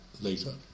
later